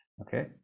Okay